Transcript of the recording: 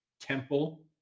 temple